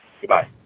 Goodbye